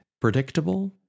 predictable